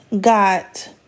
got